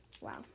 Wow